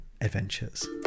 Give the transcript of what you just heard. adventures